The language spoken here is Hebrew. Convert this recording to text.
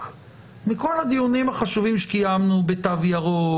מכל הדיונים החשובים שקיימנו בתו הירוק,